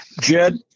jed